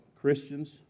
Christians